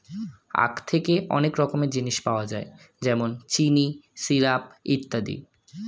আখ থেকে অনেক রকমের জিনিস পাওয়া যায় যেমন চিনি, সিরাপ ইত্যাদি